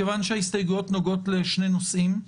מכיוון שההסתייגויות נוגעות לשני נושאים,